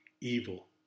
Evil